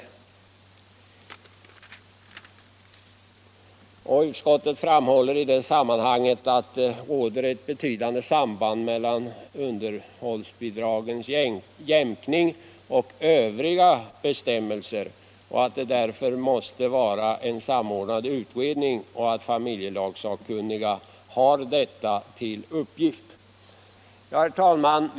I majoritetsskrivningen framhålls att det råder ett nära samband mellan reglerna om jämkning av underhållsbidrag och övriga bestämmelser, att behandlingen av dessa frågor därför måste samordnas i en utredning och att detta, som sagt, ligger inom ramen för familjelagssakkunnigas uppgifter. Herr talman!